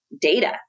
data